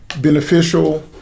Beneficial